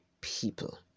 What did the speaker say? people